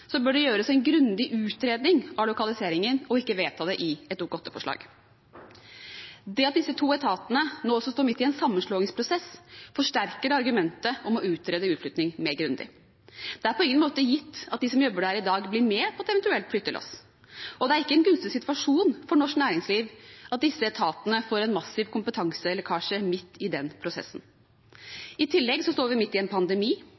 bør man gjøre en grundig utredning av lokaliseringen og ikke vedta det i forbindelse med et Dokument 8-forslag. Det at disse to etatene nå står midt i en sammenslåingsprosess, forsterker argumentet om å utrede utflytting mer grundig. Det er på ingen måte gitt at de som jobber der i dag, blir med på et eventuelt flyttelass. Det er ikke en gunstig situasjon for norsk næringsliv at disse etatene får en massiv kompetanselekkasje midt i den prosessen. I tillegg står vi midt i en pandemi